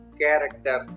character